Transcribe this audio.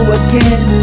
again